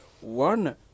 one